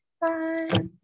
Bye